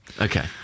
Okay